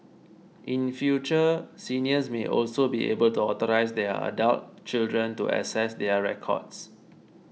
in future seniors may also be able to authorise their adult children to access their records